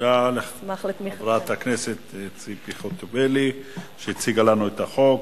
תודה לחברת הכנסת ציפי חוטובלי שהציגה לנו את החוק